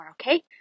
okay